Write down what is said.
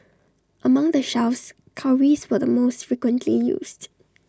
among the shells cowries were the most frequently used